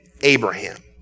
Abraham